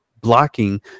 blocking